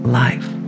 life